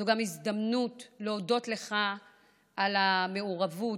זו גם הזדמנות להודות לך על המעורבות,